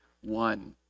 one